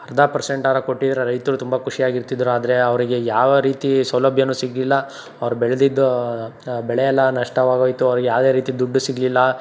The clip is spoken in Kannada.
ಅರ್ಧ ಪರ್ಸೆಂಟಾರ ಕೊಟ್ಟಿದ್ರೆ ರೈತರು ತುಂಬ ಖುಷಿಯಾಗಿರುತಿದ್ರು ಆದರೆ ಅವ್ರಿಗೆ ಯಾವ ರೀತಿ ಸೌಲಭ್ಯ ಸಿಗಲಿಲ್ಲ ಅವ್ರು ಬೆಳೆದಿದ್ದ ಬೆಳೆ ಎಲ್ಲ ನಷ್ಟವಾಗೋಯಿತು ಅವ್ರಿಗೆ ಯಾವುದೇ ರೀತಿ ದುಡ್ಡು ಸಿಗಲಿಲ್ಲ